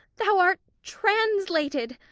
thou art translated.